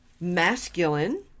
masculine